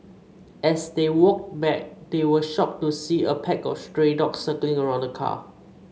as they walked back they were shocked to see a pack of stray dogs circling around the car